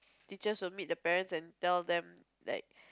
teachers will meet the parents and tell them like